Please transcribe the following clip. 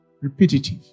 repetitive